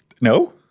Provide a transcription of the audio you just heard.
No